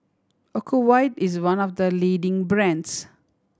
Ocuvite is one of the leading brands